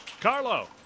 Carlo